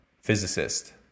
physicist